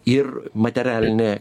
ir materialinę